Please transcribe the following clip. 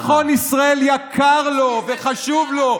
שביטחון ישראל יקר לו וחשוב לו,